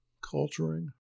culturing